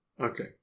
okay